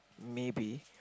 maybe